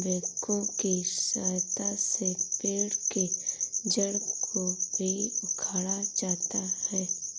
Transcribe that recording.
backhoe की सहायता से पेड़ के जड़ को भी उखाड़ा जाता है